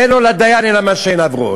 אין לו לדיין אלא מה שעיניו רואות.